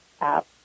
app